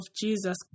Jesus